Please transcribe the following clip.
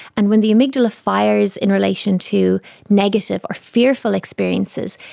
and when the amygdala fires in relation to negative or fearful experiences,